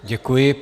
Děkuji.